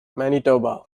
manitoba